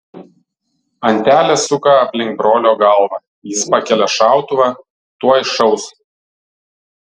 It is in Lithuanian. antelė suka aplink brolio galvą jis pakelia šautuvą tuoj šaus